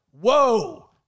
Whoa